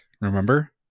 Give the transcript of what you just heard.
remember